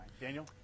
Daniel